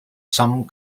some